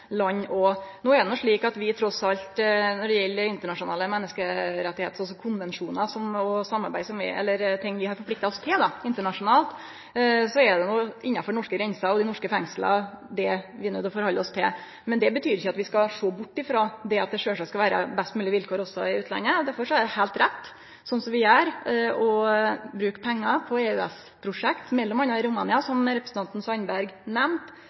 land òg. No er det slik at når det gjeld internasjonale menneskerettar, som konvensjonar og samarbeid som vi har forplikta oss til, er det trass i alt innanfor norske grenser og norske fengsel at vi er nødt til å ta stilling til dette. Men det betyr ikkje at vi skal sjå bort frå at det sjølvsagt skal vere best moglege vilkår også i utlandet, og derfor er det heilt rett, slik vi gjer, å bruke pengar på EØS-prosjekt, m.a. i Romania, som representanten Sandberg